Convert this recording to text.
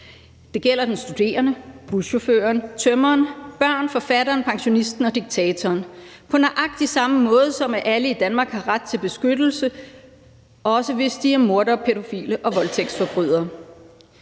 Det gælder den studerende, buschaufføren, tømreren, barnet, forfatteren, pensionisten og diktatoren på nøjagtig samme måde, som at alle i Danmark har ret til beskyttelse, også hvis de er mordere, pædofile eller voldtægtsforbrydere,